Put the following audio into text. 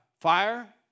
fire